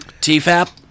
Tfap